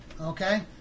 Okay